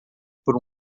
por